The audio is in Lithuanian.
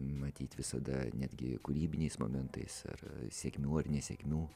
matyt visada netgi kūrybiniais momentais ar sėkmių ar nesėkmių